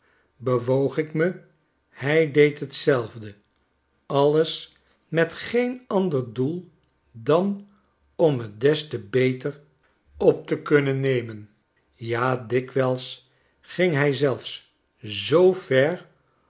bewoog ik me hij deed hetzelfde alles met geen ander doel dan om me des te beter op te kunnen nemen ja dikwijls ging hij zelfs zoo